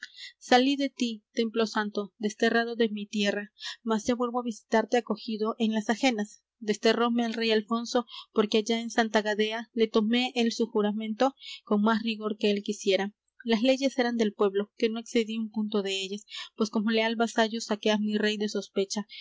salí de ti templo santo desterrado de mi tierra mas ya vuelvo á visitarte acogido en las ajenas desterróme el rey alfonso porque allá en santa gadea le tomé el su juramento con más rigor que él quisiera las leyes eran del pueblo que no excedí un punto dellas pues como leal vasallo saqué á mi rey de sospecha